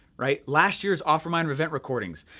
right, last year's offermind event recordings.